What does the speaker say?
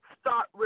start